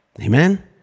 Amen